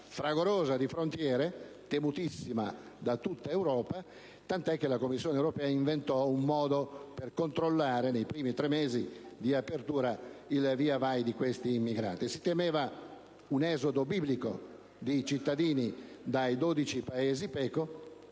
signor Ministro, temutissima da tutta Europa, tant'è che la Commissione europea inventò un modo per controllare nei primi tre mesi di apertura il via vai di questi immigrati. Si temeva un esodo biblico dei cittadini dai 12 Paesi PECO,